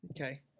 Okay